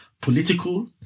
political